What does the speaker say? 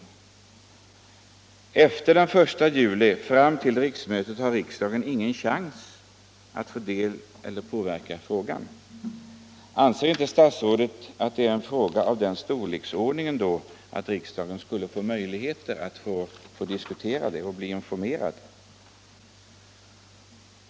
Mellan den 1 juni och det nya riksmötets öppnande har riksdagen ingen chans att ta del av informationer eller påverka handläggningen av frågan. Anser inte statsrådet ändå att denna fråga är av sådan storleksordning att riksdagen borde bli informerad och få diskutera den?